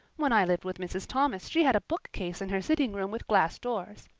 when i lived with mrs. thomas she had a bookcase in her sitting room with glass doors.